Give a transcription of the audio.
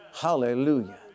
Hallelujah